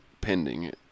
pending